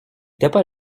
tapa